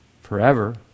forever